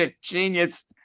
genius